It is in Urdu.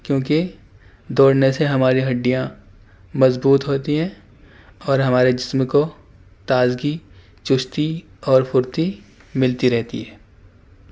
کیونکہ دوڑنے سے ہماری ہڈیاں مضبوط ہوتی ہیں اور ہمارے جسم کو تازگی چستی اور پھرتی ملتی رہتی ہے